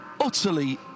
utterly